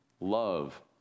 Love